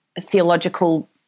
theological